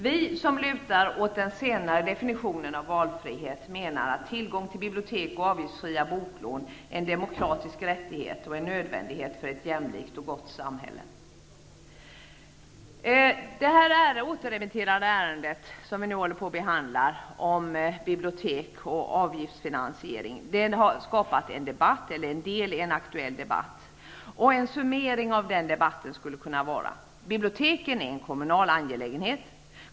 Vi som lutar åt den senare definitionen av valfrihet menar att tillgång till bibliotek och avgiftsfria boklån är en demokratisk rättighet och en nödvändighet för ett jämlikt och gott samhälle. Det återremitterade ärendet om bibliotek och avgiftsfinansiering, som vi nu behandlar, har skapat en debatt, och en summering av den debatten skulle kunna vara: Biblioteken är en kommunal angelägenhet.